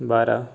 बारा